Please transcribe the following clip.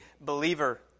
believer